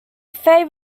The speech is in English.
favoured